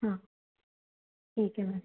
हाँ ठीक है मैम